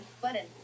button